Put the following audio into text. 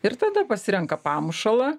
ir tada pasirenka pamušalą